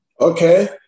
Okay